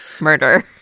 murder